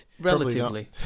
Relatively